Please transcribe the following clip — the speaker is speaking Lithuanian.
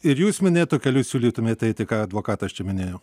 ir jūs minėjot tokiu keliu siūlytumėt eiti ką advokatas čia minėjo